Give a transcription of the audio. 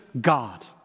God